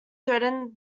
threatened